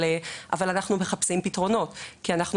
אבל אנחנו מחפשים פתרונות כי אנחנו